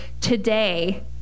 today